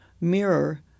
mirror